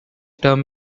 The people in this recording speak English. term